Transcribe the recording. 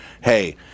hey